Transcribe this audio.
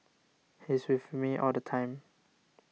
he's with me all the time